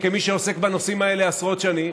וכמי שעוסק בנושאים האלה עשרות שנים,